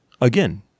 again